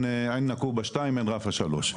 עין נקובא שתיים, עין רפא שלוש.